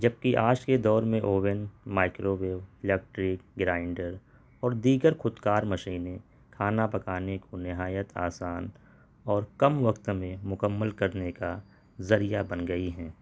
جبکہ آج کے دور میں oven microwave electric grinder اور دیگر خودکار مشینیں کھانا پکانے کو نہایت آسان اور کم وقت میں مکمل کرنے کا ذریعہ بن گئی ہیں